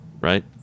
right